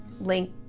Link